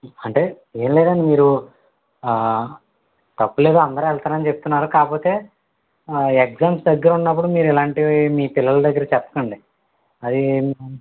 అంటే ఏం లేదు అండి మీరు తప్పులేదు అందరు వెళ్తున్నారు అని చెప్తున్నారు కాకపోతే ఎగ్జామ్స్ దగ్గర ఉన్నప్పుడు మీరు ఇలాంటివి మీ పిల్లల దగ్గర చెప్పకండి అది